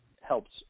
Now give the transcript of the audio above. helps